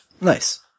Nice